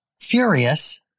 furious